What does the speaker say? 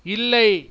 இல்லை